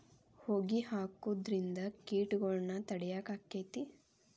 ಹೊಗಿ ಹಾಕುದ್ರಿಂದ ಕೇಟಗೊಳ್ನ ತಡಿಯಾಕ ಆಕ್ಕೆತಿ?